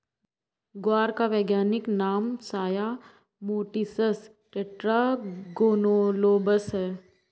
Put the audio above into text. ग्वार का वैज्ञानिक नाम साया मोटिसस टेट्रागोनोलोबस है